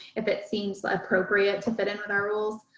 if it seems appropriate to fit in with our rules.